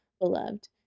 Beloved